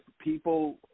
people